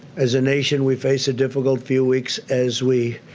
as a nation. we face a difficult few weeks as we.